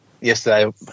yesterday